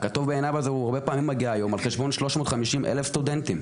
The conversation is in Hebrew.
ה"כטוב בעיניו" הזה הרבה פעמים מגיע היום על חשבון 350,000 סטודנטים.